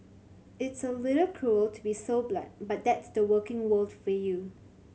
it's a little cruel to be so blunt but that's the working world for you